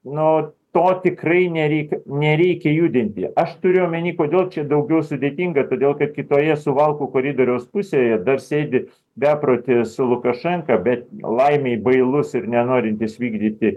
nu to tikrai nereikia nereikia judinti aš turiu omeny kodėl čia daugiau sudėtinga todėl kad kitoje suvalkų koridoriaus pusėje dar sėdi beprotis lukašenka bet laimei bailus ir nenorintis vykdyti